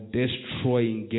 destroying